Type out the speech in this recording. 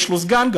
ויש לו גם סגן.